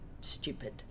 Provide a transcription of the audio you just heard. stupid